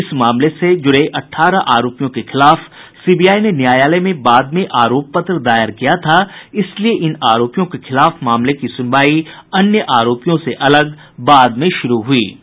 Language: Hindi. इस मामले से जुड़े अठारह आरोपियों के खिलाफ सीबीआई ने न्यायालय में बाद में आरोप पत्र दायर किया था इसलिए इन आरोपियों के खिलाफ मामले की सुनवाई अन्य आरोपियों से अलग बाद में शुरू हुई थी